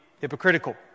hypocritical